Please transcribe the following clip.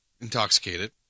intoxicated